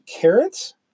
Carrots